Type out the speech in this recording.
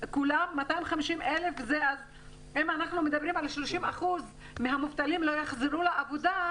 250,000 אם מדברים על 30% מהמובטלים שלא יחזרו לעבודה,